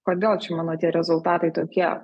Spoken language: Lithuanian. kodėl čia mano tie rezultatai tokie